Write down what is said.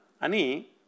Ani